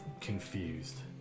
confused